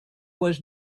was